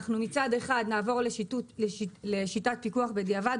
אנחנו נעבור לשיטת פיקוח בדיעבד,